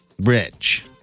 rich